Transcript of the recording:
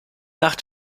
nach